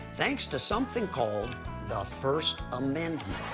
thanks to something called the first amendment.